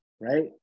right